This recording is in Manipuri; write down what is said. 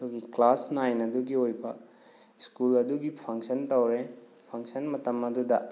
ꯑꯗꯨꯒꯤ ꯀ꯭ꯂꯥꯁ ꯅꯥꯏꯟ ꯑꯗꯨꯒꯤ ꯑꯣꯏꯕ ꯁ꯭ꯀꯨꯜ ꯑꯗꯨꯒꯤ ꯐꯪꯁꯟ ꯇꯧꯔꯦ ꯐꯪꯁꯟ ꯃꯇꯝ ꯑꯗꯨꯗ